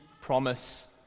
promise